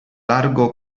largo